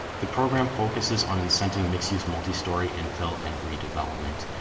the program focuses on incenting mixed use multi-story and fill and redevelopment.